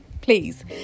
please